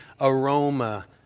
aroma